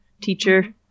teacher